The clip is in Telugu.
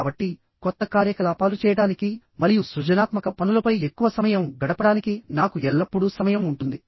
కాబట్టి కొత్త కార్యకలాపాలు చేయడానికి మరియు సృజనాత్మక పనులపై ఎక్కువ సమయం గడపడానికి నాకు ఎల్లప్పుడూ సమయం ఉంటుంది